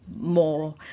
more